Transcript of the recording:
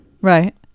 right